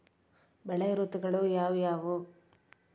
ಬೆಳೆ ಋತುಗಳು ಯಾವ್ಯಾವು?